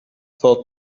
thought